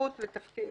בטיחות